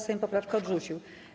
Sejm poprawkę odrzucił.